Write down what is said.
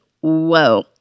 whoa